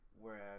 Whereas